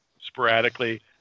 sporadically